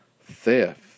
Theft